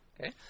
Okay